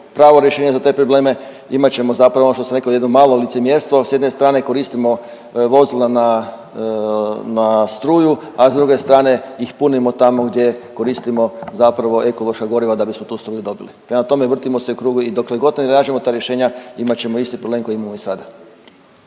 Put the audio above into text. pravo rješenje za te probleme imat ćemo zapravo ono što sam rekao jedno malo licemjerstvo. Sa jedne strane koristimo vozila na struju, a s druge strane ih punimo tamo gdje koristimo zapravo ekološka goriva da bismo tu struju dobili. Prema tome, vrtimo se u krugu i dokle god ne nađemo ta rješenja imat ćemo isti problem koji imamo i sada.